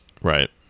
Right